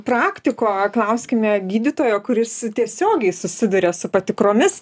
praktiko klauskime gydytojo kuris tiesiogiai susiduria su patikromis